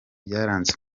byaranze